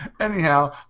Anyhow